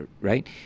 right